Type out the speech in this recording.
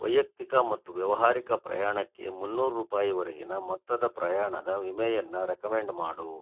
ವೈಯಕ್ತಿಕ ಮತ್ತು ವ್ಯವಹಾರಿಕ ಪ್ರಯಾಣಕ್ಕೆ ಮುನ್ನೂರು ರೂಪಾಯಿವರೆಗಿನ ಮೊತ್ತದ ಪ್ರಯಾಣದ ವಿಮೆಯನ್ನು ರೆಕಮೆಂಡ್ ಮಾಡು